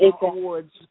awards